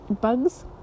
bugs